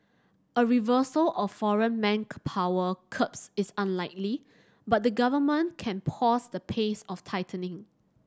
a reversal of foreign manpower curbs is unlikely but the Government can pause the pace of tightening